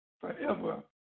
forever